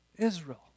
Israel